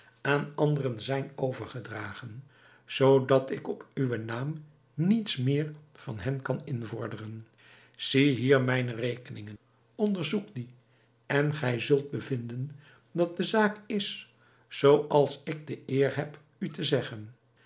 aan anderen zijn overgedragen zoodat ik op uwen naam niets meer van hen kan invorderen ziehier mijne rekeningen onderzoek die en gij zult bevinden dat de zaak is zooals ik de eer heb u te zeggen